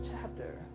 chapter